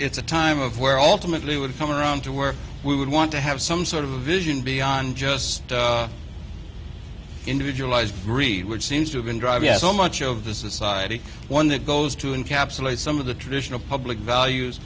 it's a time of where alternately would come around to where we would want to have some sort of a vision beyond just individualized greed which seems to have been driving so much of the society one that goes to encapsulate some of the traditional public values